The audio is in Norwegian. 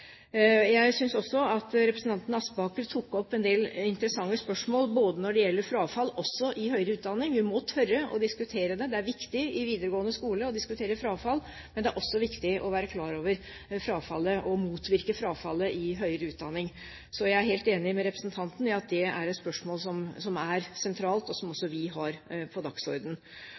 Jeg synes også at representanten Aspaker tok opp en del interessante spørsmål når det gjelder frafall også i høyere utdanning. Vi må tørre å diskutere det. Det er viktig å diskutere frafall i videregående skole, men det er også viktig å være klar over frafallet – og motvirke frafallet – i høyere utdanning. Så jeg er helt enig med representanten i at det er et spørsmål som er sentralt, og som også vi har på